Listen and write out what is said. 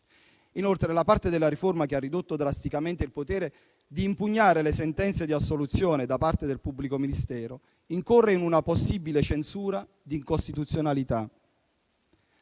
Inoltre, la parte della riforma che ha ridotto drasticamente il potere di impugnare le sentenze di assoluzione da parte del pubblico ministero incorre in una possibile censura di incostituzionalità.